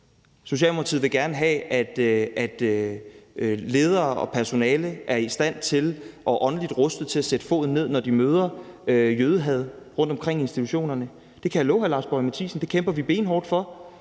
Socialdemokratiet vil gerne have, at ledere og personale er i stand til og åndeligt rustet til at sætte foden ned, når de møder jødehad rundtomkring på institutionerne. Det kan jeg love hr. Lars Boje Mathiesen at vi kæmper benhårdt for.